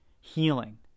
healing